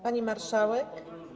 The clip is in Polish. Pani Marszałek!